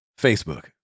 Facebook